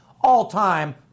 all-time